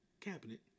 cabinet